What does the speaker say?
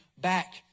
back